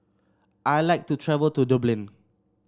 I like to travel to Dublin